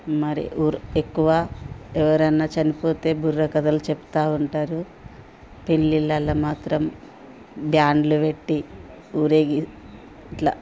మరి ఊరు ఎక్కువ ఎవరన్నా చనిపోతే బుర్రకథలు చెప్తూ ఉంటారు పెళ్ళిళ్ళలో మాత్రం బ్యాండ్లు పెట్టి ఊరేగి ఇట్లా